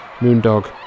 Moondog